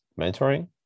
mentoring